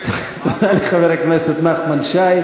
תודה לחבר הכנסת נחמן שי.